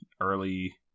early